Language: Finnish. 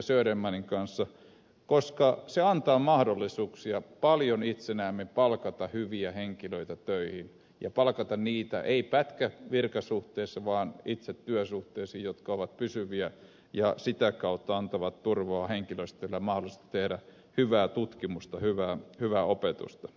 södermanin kanssa koska se antaa mahdollisuuksia paljon itsenäisemmin palkata hyviä henkilöitä töihin ja palkata heitä ei pätkävirkasuhteessa vaan itse työsuhteisiin jotka ovat pysyviä ja sitä kautta antavat turvaa henkilöstölle mahdollisesti tehdä hyvää tutkimusta hyvää opetusta